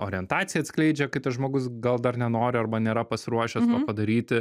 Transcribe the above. orientaciją atskleidžia kai tas žmogus gal dar nenori arba nėra pasiruošęs padaryti